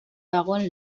dagoen